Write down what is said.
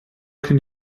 can